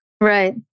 Right